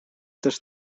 też